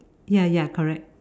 ya ya correct